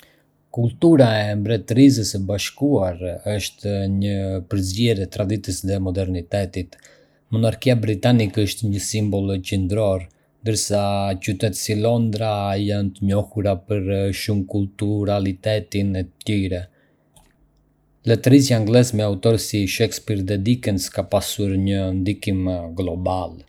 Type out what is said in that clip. Kultura e Mbretërisë së Bashkuar është një përzierje e traditës dhe modernitetit. Monarkia britanike është një simbol qendror, ndërsa qytete si Londra janë të njohura për shumëkulturalitetin e tyre. Letërsia angleze, me autorë si Shakespeare dhe Dickens, ka pasur një ndikim global.